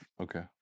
Okay